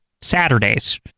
Saturdays